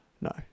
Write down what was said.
No